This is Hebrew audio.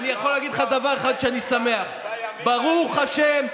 אני יכול להגיד לך דבר אחד שאני שמח עליו: ברוך השם,